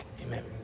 Amen